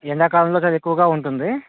ఎండాకాలంలో చాలా ఎక్కువగా ఉంటుంది